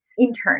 intern